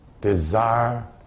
desire